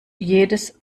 jedes